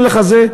אין לך זה,